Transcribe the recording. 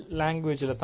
language